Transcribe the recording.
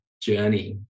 journey